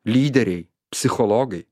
lyderiai psichologai